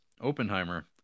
Oppenheimer